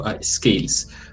skills